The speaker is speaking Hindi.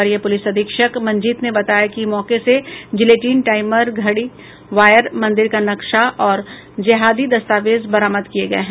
वरीय पुलिस अधीक्षक मंजीत ने बताया कि मौके से जिलेटीन टाईमर घड़ी वायर मंदिर का नक्शा और जेहादी दस्तावेज बरामद किये गये हैं